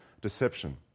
deception